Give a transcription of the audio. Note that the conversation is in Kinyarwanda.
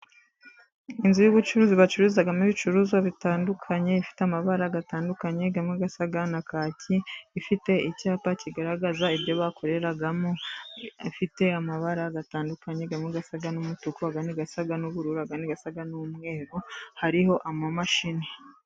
Inzu y'ubucuruzi bacururizamo ibicuruzwa bitandukanye. ifite amabara atandukanye asa na kaki. Ifite icyapa kigaragaza ibyo bakoreramo, ifite amabara atandukanye amwe asa n'umutuku, andi asa n''ubururu, andi asa n'umweru, hariho amamashini.